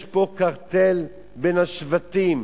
יש פה קרטל בין השבטים,